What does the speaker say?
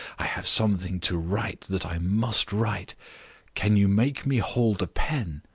i have something to write that i must write can you make me hold a pen